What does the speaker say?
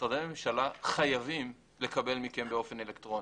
משרדי הממשלה חייבים לקבל מכם באופן אלקטרוני.